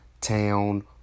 Town